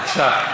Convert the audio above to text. בבקשה.